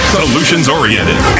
solutions-oriented